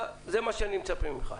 אין לך רשות.